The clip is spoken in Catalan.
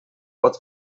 pot